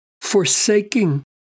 forsaking